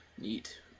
neat